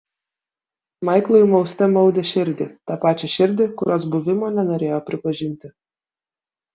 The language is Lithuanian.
maiklui mauste maudė širdį tą pačią širdį kurios buvimo nenorėjo pripažinti